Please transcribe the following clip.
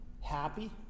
happy